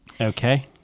Okay